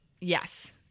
yes